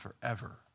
forever